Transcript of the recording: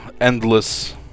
endless